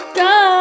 go